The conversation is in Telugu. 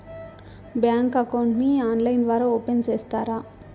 బ్యాంకు అకౌంట్ ని ఆన్లైన్ ద్వారా ఓపెన్ సేస్తారా?